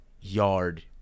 yard